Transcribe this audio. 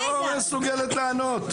היא לא מסוגלת לענות.